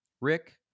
Rick